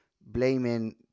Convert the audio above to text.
blaming